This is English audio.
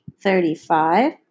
thirty-five